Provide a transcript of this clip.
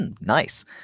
Nice